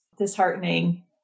disheartening